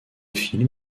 film